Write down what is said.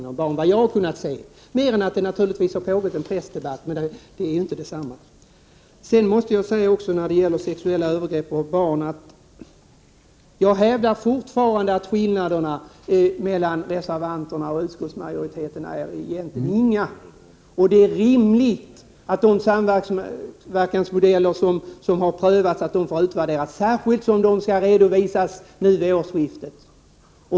Det är riktigt att det har pågått en pressdebatt, men det är inte detsamma som att principerna skulle ha ändrats. När det gäller sexuella övergrepp mot barn hävdar jag fortfarande att det egentligen inte är någon skillnad mellan vad reservanterna skriver och vad utskottsmajoriteten skriver. Det är rimligt att de samverkansmodeller som har prövats får utvärderas, särskilt som de skall redovisas vid årsskiftet.